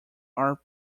are